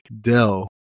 Dell